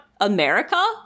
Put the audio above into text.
America